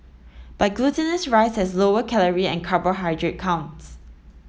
but glutinous rice has lower calorie and carbohydrate counts